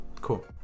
cool